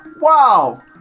Wow